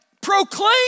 proclaim